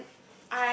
and